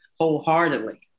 wholeheartedly